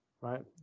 right